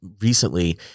recently